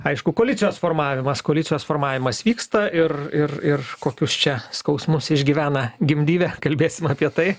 aišku koalicijos formavimas koalicijos formavimas vyksta ir ir ir kokius čia skausmus išgyvena gimdyvė kalbėsim apie tai